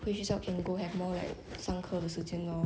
回学校 can go have more like 上课的时间 lor